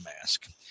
mask